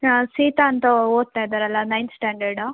ಹಾಂ ಸೀತಾ ಅಂತ ಓದ್ತಾ ಇದ್ದಾರಲ್ಲ ನೈನ್ತ್ ಸ್ಟ್ಯಾಂಡರ್ಡು